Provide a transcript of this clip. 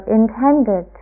intended